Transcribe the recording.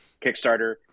Kickstarter